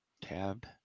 Tab